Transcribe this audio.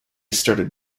started